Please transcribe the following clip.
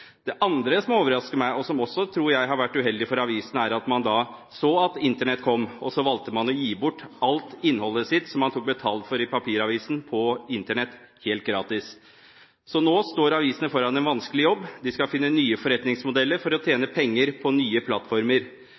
Det andre som overrasker meg, og som jeg også tror har vært uheldig for avisene, er at da man så at Internett kom, valgte man å gi bort innholdet sitt – som man tok betalt for i papiravisen – på Internett helt gratis. Nå står avisene foran en vanskelig jobb, de skal finne nye forretningsmodeller for å tjene penger på nye plattformer.